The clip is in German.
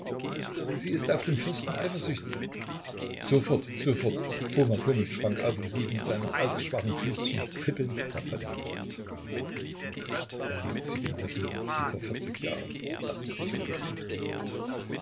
sie ist auf den fürsten eifersüchtig sofort sofort foma fomitsch sprang auf und lief mit seinen altersschwachen füßchen trippelnd davon er liebt sie genau so wie vor vierzig jahren dachte sich